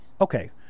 Okay